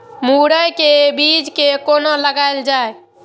मुरे के बीज कै कोना लगायल जाय?